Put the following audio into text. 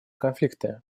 конфликты